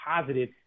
positive